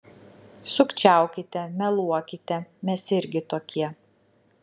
sukčiaukite meluokite mes irgi tokie